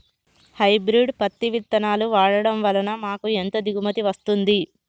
Hybrid పత్తి విత్తనాలు వాడడం వలన మాకు ఎంత దిగుమతి వస్తుంది?